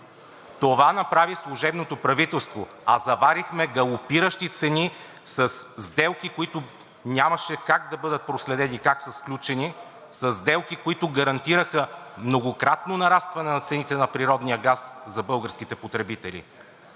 Това направи служебното правителство, а заварихме галопиращи цени със сделки, които нямаше как да бъдат проследени как са сключени, и със сделки, които гарантираха многократно нарастване на цените на природния газ за българските потребители.